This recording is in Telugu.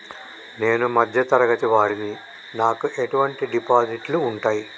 నేను మధ్య తరగతి వాడిని నాకు ఎటువంటి డిపాజిట్లు ఉంటయ్?